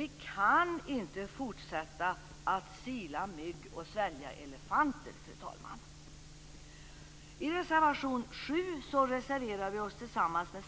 Vi kan inte fortsätta att sila mygg och svälja kameler, fru talman!